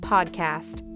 Podcast